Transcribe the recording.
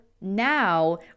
now